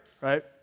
right